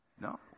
no